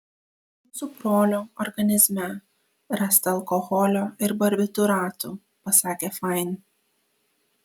jūsų brolio organizme rasta alkoholio ir barbitūratų pasakė fain